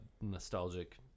nostalgic